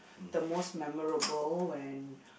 the most memorable when